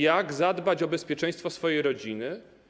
Jak zadbać o bezpieczeństwo swojej rodziny?